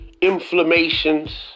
inflammations